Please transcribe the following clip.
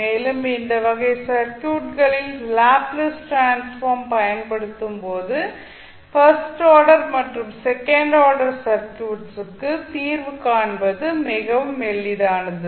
மேலும் இந்த வகை சர்க்யூட் களில் லாப்ளேஸ் டிரான்ஸ்ஃபார்ம் ஐ பயன்படுத்தும்போது ஃபர்ஸ்ட் ஆர்டர் மற்றும் செகண்ட் ஆர்டர் சர்க்யூட்ஸ் க்கு தீர்வு காண்பது மிகவும் எளிதானது